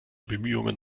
bemühungen